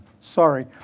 Sorry